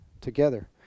together